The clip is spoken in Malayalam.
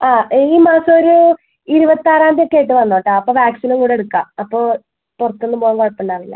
ആ ഈ മാസം ഒരു ഇരുപത്താറാം തീയതി ഒക്കെ ആയിട്ട് വന്നോ കേട്ടോ അപ്പോൾ വാക്സിനും കൂടെ എടുക്കാം അപ്പോൾ പുറത്തൊന്നും പോവാൻ കുഴപ്പമുണ്ടാവില്ല